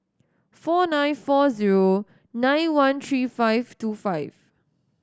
four nine four zero nine one three five two five